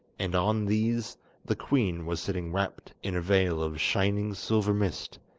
and on these the queen was sitting wrapped in a veil of shining silver mist,